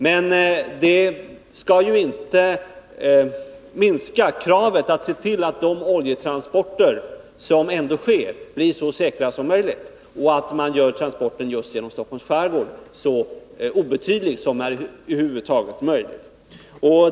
Detta innebär emellertid inte att man får minska kravet på att de oljetransporter som ändå måste ske blir så säkra som möjligt och att transporterna genom Stockholms skärgård blir så obetydliga som det över huvud taget är möjligt.